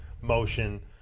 motion